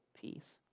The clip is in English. peace